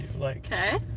Okay